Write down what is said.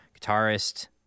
guitarist